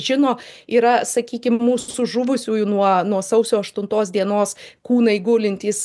žino yra sakykim mūsų žuvusiųjų nuo nuo sausio aštuntos dienos kūnai gulintys